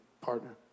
partner